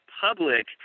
public